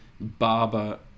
Barber